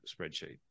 spreadsheet